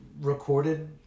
recorded